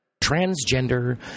Transgender